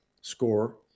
score